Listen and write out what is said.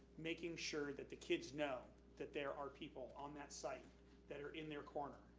making sure that the kids know that there are people on that site that are in their corner,